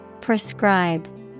Prescribe